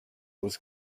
was